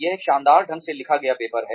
यह एक शानदार ढंग से लिखा गया पेपर है